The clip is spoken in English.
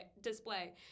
display